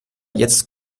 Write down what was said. jetzt